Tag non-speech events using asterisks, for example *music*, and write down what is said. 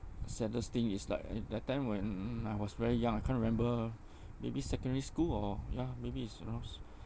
saddest thing is like uh that time when I was very young I can't remember *breath* maybe secondary school or ya maybe it's around *breath*